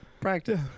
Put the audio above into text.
Practice